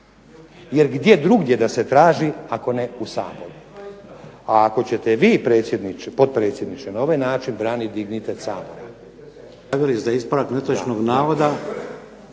Jer gdje drugdje da se traži ako ne u Saboru? A ako ćete vi potpredsjedniče na ovaj način braniti dignitet Sabora